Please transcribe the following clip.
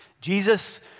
Jesus